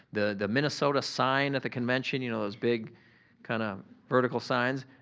the the minnesota sign at the convention, you know those big kinda vertical signs,